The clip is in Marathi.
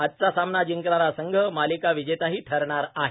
आजचा सामना जिंकणारा संघ मालिका विजेताही ठरणार आहे